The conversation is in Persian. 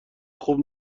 خوب